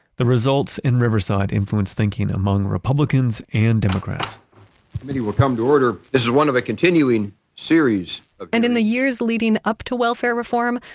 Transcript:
the results in riverside influence thinking among republicans and democrats meeting will come to order. this is one of a continuing series and in the years leading up to welfare reform,